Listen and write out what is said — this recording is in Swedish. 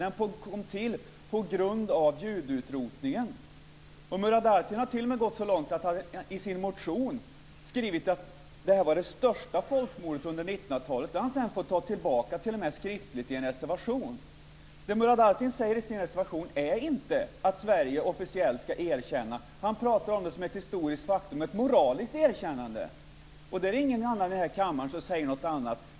Den kom till på grund av judeutrotningen. Murad Artin har t.o.m. gått så långt att han i sin motion har skrivit att det var det största folkmordet under 1900-talet. Det har han fått ta tillbaka, t.o.m. skriftligt, i en reservation. Det Murad Artin säger i sin reservation är inte att Sverige officiellt ska erkänna detta. Han pratar om detta som ett historiskt faktum, ett moraliskt erkännande. Det är ingen annan i kammaren som säger något annat.